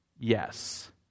yes